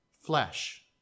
flesh